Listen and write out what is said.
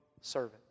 servant